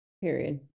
Period